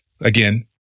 again